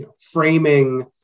framing